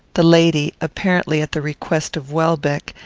the lady, apparently at the request of welbeck,